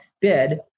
bid